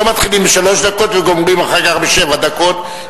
לא מתחילים בשלוש דקות וגומרים אחר כך בשבע דקות,